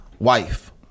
Wife